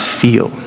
feel